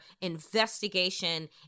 investigation